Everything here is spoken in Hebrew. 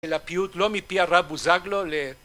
לפיוט לא מפי הרב בוזגלו